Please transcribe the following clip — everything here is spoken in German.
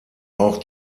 auch